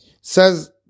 Says